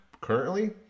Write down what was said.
currently